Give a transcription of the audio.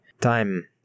Time